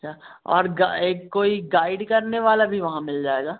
अच्छा और एक कोई गाइड करने वाला भी वहाँ मिल जाएगा